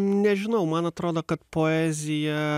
nežinau man atrodo kad poezija